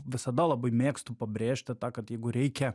visada labai mėgstu pabrėžti tą kad jeigu reikia